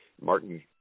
Martin